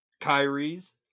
Kyrie's